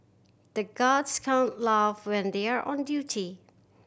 the guards can't laugh when they are on duty